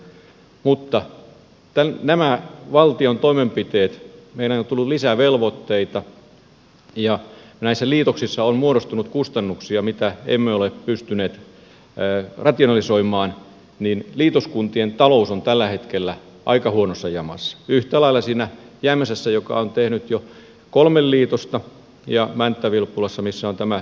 mutta kun näiden valtion toimenpiteiden johdosta meille on tullut lisää velvoitteita ja näissä liitoksissa on muodostunut kustannuksia mitä emme ole pystyneet rationalisoimaan niin liitoskuntien talous on tällä hetkellä aika huonossa jamassa yhtä lailla jämsässä joka on tehnyt jo kolme liitosta kuin mänttä vilppulassa missä on tämä liitos tapahtunut